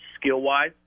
skill-wise